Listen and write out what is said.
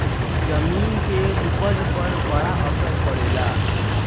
जमीन के उपज पर बड़ा असर पड़ेला